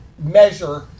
measure